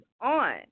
on